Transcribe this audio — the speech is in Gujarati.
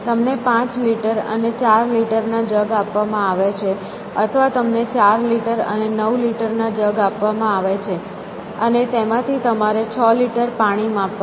તમને 5 લિટર અને 4 લિટર ના જગ આપવામાં આવે છે અથવા તમને 4 લિટર અને 9 લિટર ના જગ આપવામાં આવે છે અને તેમાંથી તમારે 6 લિટર પાણી માપવાનું છે